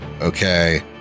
Okay